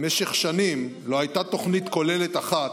במשך שנים לא הייתה תוכנית כוללת אחת